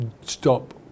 stop